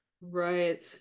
Right